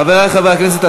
חברי חברי הכנסת,